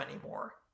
anymore